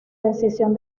decisión